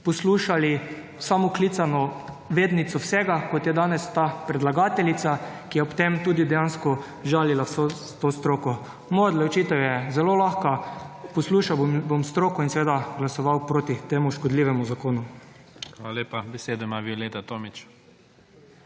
poslušali samooklicano vednico vsega, kot je danes ta predlagateljica, ki je ob tem tudi dejansko žalila vso to stroko. Moja odločitev je zelo lahka, poslušal bom stroko in seveda glasoval proti temu škodljivemu zakonu. **PREDSEDNIK IGOR ZORČIČ:** Hvala lepa. Besedo ima Violeta Tomić.